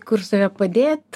kur save padėt